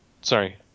Sorry